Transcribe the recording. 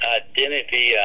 identity